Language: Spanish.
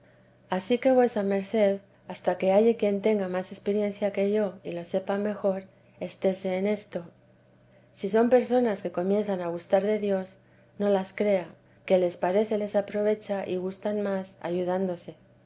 ansí que vuesa merced hasta que halle quien tenga más experiencia que yo y lo sepa mejor estése en esto si son personas que comienzan a gustar de dios no las crea que les parece les aprovecha y gustan más ayudándose